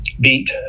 beat